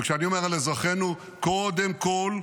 וכשאני אומר "על אזרחינו" קודם כול,